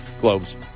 Globes